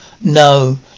No